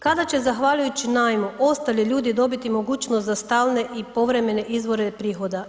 Kada će zahvaljujući najmu ostali ljudi dobiti mogućnost za stalne i povremene izvore prihoda?